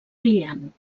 brillant